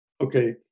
okay